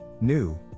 New